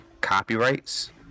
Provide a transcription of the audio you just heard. copyrights